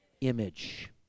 Image